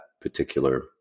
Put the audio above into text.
particular